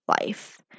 life